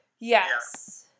Yes